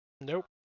Nope